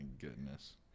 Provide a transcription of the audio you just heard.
goodness